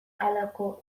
halako